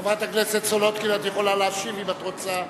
חברת הכנסת סולודקין, את יכולה להשיב אם את רוצה.